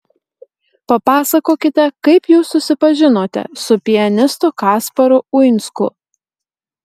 papasakokite kaip jūs susipažinote su pianistu kasparu uinsku